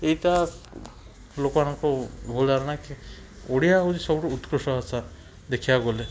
ଏଇଟା ଲୋକମାନଙ୍କ ଭୁଲ୍ ଧାରଣା ଓଡ଼ିଆ ହେଉଛି ସବୁଠାରୁ ଉତ୍କୁଷ୍ଟ ଭାଷା ଦେଖିବାକୁ ଗଲେ